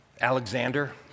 Alexander